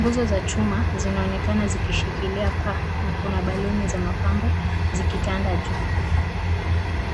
Nguzo za chuma, zinaonekana zikishikilia paa na kuna baluni za mapambo zikitanda juu.